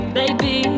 baby